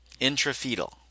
intrafetal